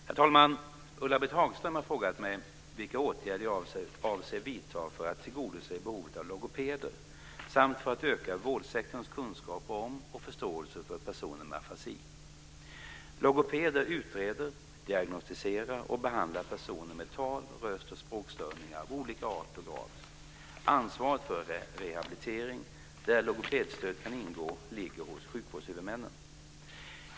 Herr talman! Ulla-Britt Hagström har frågat mig vilka åtgärder jag avser vidta för att tillgodose behovet av logopeder samt för att öka vårdsektorns kunskaper om och förståelse för personer med afasi. Logopeder utreder, diagnostiserar och behandlar personer med tal-, röst och språkstörningar av olika art och grad. Ansvaret för rehabilitering, där logopedstöd kan ingå, ligger hos sjukvårdshuvudmännen.